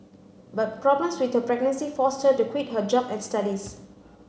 but problems with her pregnancy forced her to quit her job and studies